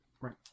Right